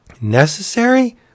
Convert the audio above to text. necessary